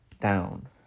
down